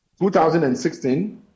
2016